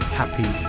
happy